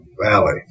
Valley